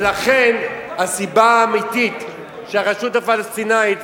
ולכן הסיבה האמיתית שהרשות הפלסטינית,